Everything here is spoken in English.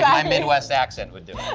my midwest accent would do